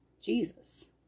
Jesus